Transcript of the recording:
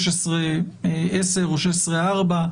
15(א)(10) או 16(4),